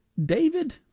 David